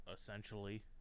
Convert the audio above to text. Essentially